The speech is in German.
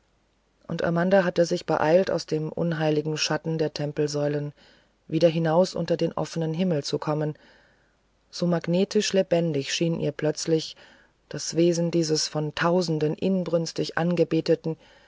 und amanda hatte sich beeilt aus den unheiligen schatten der tempelsäulen wieder hinaus unter den offenen himmel zu kommen so magnetisch lebendig schien ihr plötzlich das wesen dieses von tausenden inbrünstig angebeteten